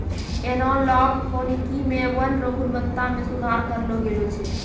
एनालाँक वानिकी मे वन रो गुणवत्ता मे सुधार करलो गेलो छै